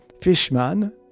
Fishman